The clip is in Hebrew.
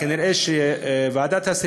כנראה ועדת השרים,